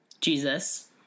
Jesus